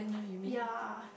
ye